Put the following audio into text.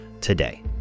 today